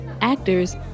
actors